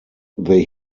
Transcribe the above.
they